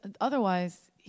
otherwise